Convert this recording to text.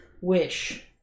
wish